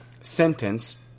sentenced